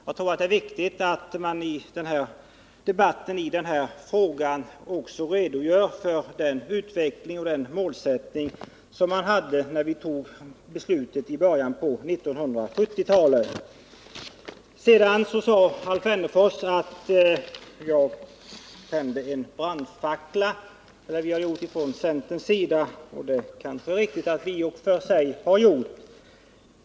Jag tror att det är viktigt att man kommer ihåg detta när man gör den framtida bedömningen av den nödvändiga statliga verksamheten i Stockholm. Alf Wennerfors sade att centern har tänt en brandfackla. Det är kanske riktigt.